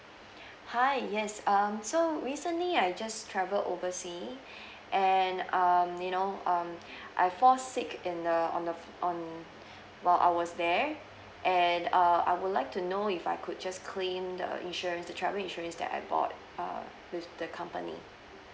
hi yes um so recently I just travel overseas and um you know um I fall sick in the on the on while I was there and uh I would like to know if I could just claim the insurance the travel insurance that I bought err with the company